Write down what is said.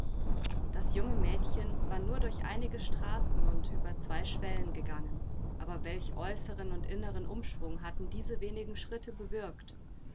das junge mädchen war nur durch einige straßen und über zwei schwellen gegangen aber welch äußeren und inneren umschwung hatten diese wenigen schritte bewirkt